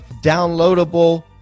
downloadable